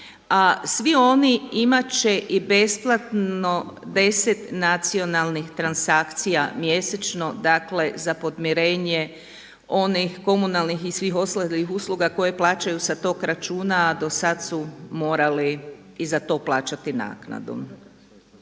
svi oni imat će i besplatno 10 nacionalnih transakcija mjesečno, dakle za podmirenje onih komunalnih i svih ostalih usluga koje plaćaju sa tog računa, a do sad su morali i za to plaćati naknadu.